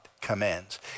Commands